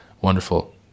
wonderful